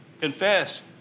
Confess